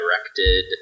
Directed